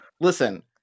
listen